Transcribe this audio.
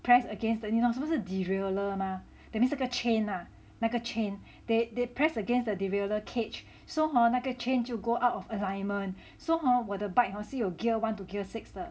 press against that 你懂什么是 derailer mah that means 那个 chain ah 那个 chain they they press against the derailer cage so hor 那个 chain 就 go out of alignment so hor 我的 bike hor 是有 gear one to gear six 的